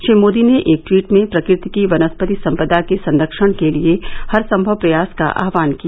श्री मोदी ने एक ट्वीट में प्रक्रति की वनस्पति संपदा के संरक्षण के लिए हरसंभव प्रयास का आह्वान किया